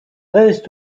restes